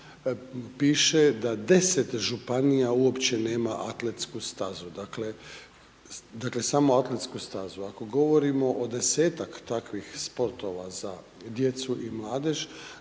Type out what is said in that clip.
piše da 10 županija uopće nema atletsku stazu, dakle samo atletsku stazu. Ako govorimo o 10-ak takvih sportova za djecu i mladež,